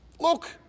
Look